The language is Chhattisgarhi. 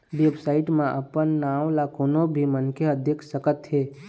बेबसाइट म अपन नांव ल कोनो भी मनखे ह देख सकत हे